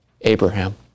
Abraham